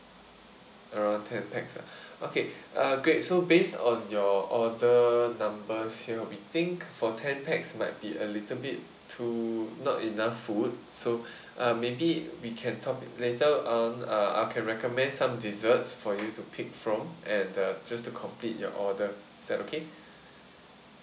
around ten pax ah okay uh great so based on your order numbers here we think for ten pax might be a little bit too not enough food so um maybe we can top later on uh I can recommend some desserts for you to pick from and uh just to complete your order is that okay